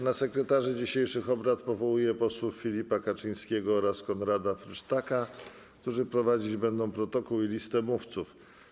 Na sekretarzy dzisiejszych obrad powołuję posłów Filipa Kaczyńskiego oraz Konrada Frysztaka, którzy prowadzić będą protokół i listę mówców.